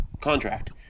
contract